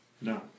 No